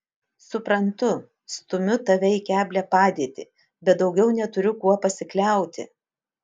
suprantu stumiu tave į keblią padėtį bet daugiau neturiu kuo pasikliauti